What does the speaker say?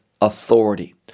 authority